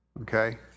Okay